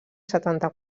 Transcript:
setanta